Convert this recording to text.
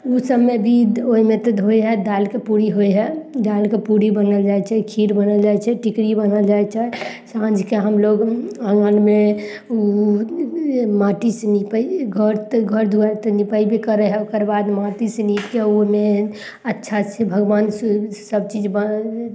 उ सभमे भी ओइमे तऽ होइ हइ दालिके पूरी होइ हइ दालिके पूरी बनल जाइ छै खीर बनल जाइ छै टिकड़ी बनल जाइ छै साँझके हमलोग आँगनमे उ माटीसँ निपैय घर तऽ घर दुआरि तऽ निपेबे करय हइ ओकर बाद माटी सँ नीपकए उमे अच्छासँ भगवान सभचीज बऽ